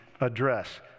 address